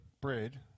bread